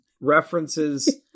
references